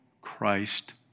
Christ